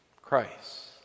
Christ